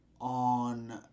on